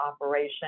operation